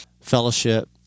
fellowship